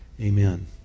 Amen